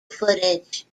footage